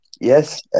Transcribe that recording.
Yes